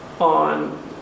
on